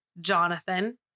Jonathan